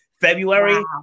February